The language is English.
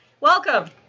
welcome